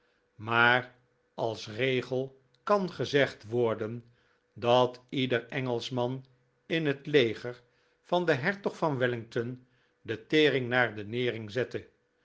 maar als regel kan gezegd worden dat ieder engelschman in het leger van den hertog van wellington de tering naar de nering zette